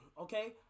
Okay